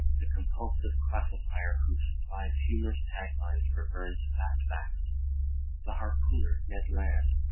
the compulsive classifier who supplies humorous tag lines for verne's fast facts the harpooner ned land,